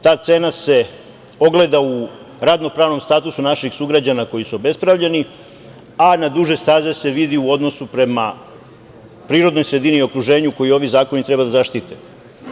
Ta cena se ogleda u radno-pravnom statusu naših sugrađana koji su obespravljeni, a na duže staze se vidi u odnosu prema prirodnoj sredini i okruženju koji ovi zakoni treba da zaštite.